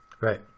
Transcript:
Right